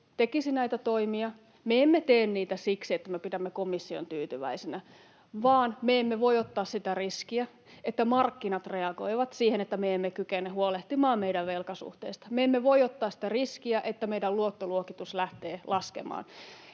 tekisi näitä toimia... Me emme tee niitä siksi, että me pidämme komission tyytyväisenä, vaan siksi, että me emme voi ottaa sitä riskiä, että markkinat reagoivat siihen, että me emme kykene huolehtimaan meidän velkasuhteesta. Me emme voi ottaa sitä riskiä, että meidän luottoluokitus lähtee laskemaan,